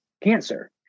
cancer